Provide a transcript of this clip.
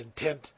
intent